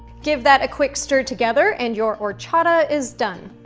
give that a quick stir together and your horchata is done.